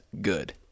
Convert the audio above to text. Good